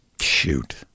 Shoot